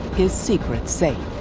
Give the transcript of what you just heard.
his secrets safe.